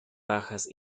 bajas